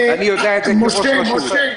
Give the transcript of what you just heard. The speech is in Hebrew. אני יודע את זה כראש רשות מקומית לשעבר.